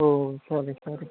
ఓ సరే సరే